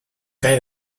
cae